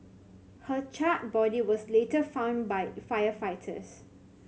her charred body was later found by firefighters